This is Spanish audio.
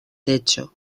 techo